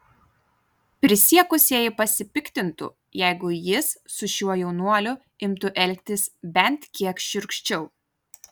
prisiekusieji pasipiktintų jeigu jis su šiuo jaunuoliu imtų elgtis bent kiek šiurkščiau